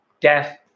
death